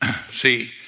See